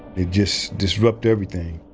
it just disrupt everything.